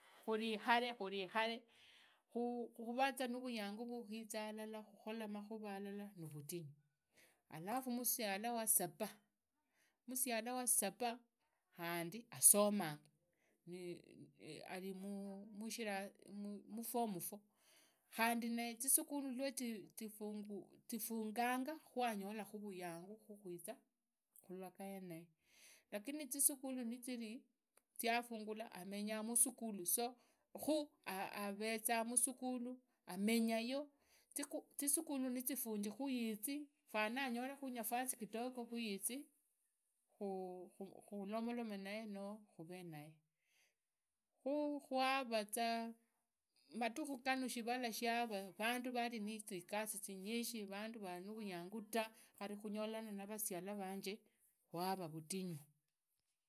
Khurikhare khu khuvuza nurwinyangu vukwiza hulala khukhola mukhura halala alafu musiala wasabi khandi hasomanya harimu muform four khundi naye zisukhulu wazifungana khanyorekhu vwiyanyu vukhuza khurulaga yeneyo lakini zisukhulu ziri ziafungula amenya musukhula amenyayo zisukhulu nizifunji khuyizi fana anyolekhu nafasi mdogo khuyizi khumolome naye noo khuvee nage khu kwavuza madhukhu ganu shivala shavu vandu vari nizigasi zinyishi vandu vavi nuvuiyangu tu khari khunyola navasiala vanje vuava vutinyu.